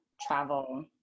travel